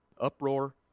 Uproar